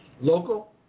Local